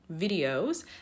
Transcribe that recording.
videos